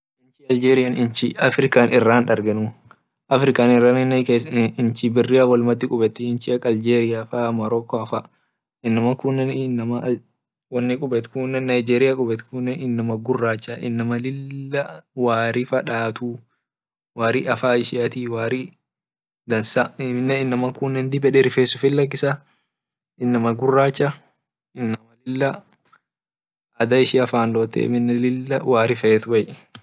Inchi nigeria inchi africa iran dargenu african irraninne inchi birian wol madhi qubeti nchi ak algeriafaa morocco faa inama nigeria kubetkune inama guracha inama inama lila wari faa datu wari afan ishiati wari dansa ammine inama kunne dib ed rifes ufit lakisa inama guracha inama lila ada ishia fan dot aminne lila wari fet.